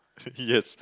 yes